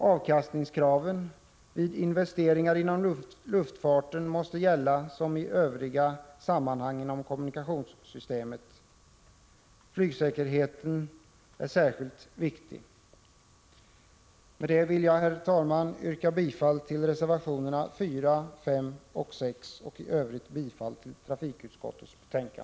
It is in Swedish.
Avkastningskrav vid investeringar inom luftfarten måste gälla som i övriga sammanhang inom kommunikationssystemet. Flygsäkerheten är särskilt viktig. Med detta vill jag, herr talman, yrka bifall till reservationerna 4, 5 och 6 och i övrigt till trafikutskottets hemställan.